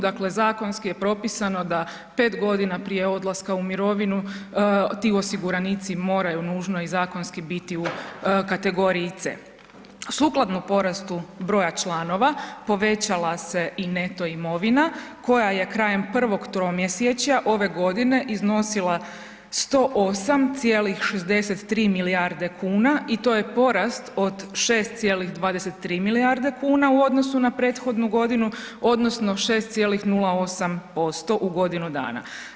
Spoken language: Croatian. Dakle, zakonski je propisano da 5.g. prije odlaska u mirovinu ti osiguranici moraju nužno i zakonski biti u kategoriji C. Sukladno porastu broja članova povećala se i neto imovina koja je krajem prvog tromjesečja ove godine iznosila 108,63 milijarde kuna i to je porast od 6,23 milijarde kuna u odnosu na prethodnu godinu odnosno 6,08% u godinu dana.